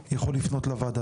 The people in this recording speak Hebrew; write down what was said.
כזה או אחר שיכול לפנות לוועדה.